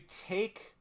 take